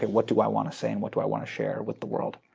but what do i want to say? and what do i want to share with the world?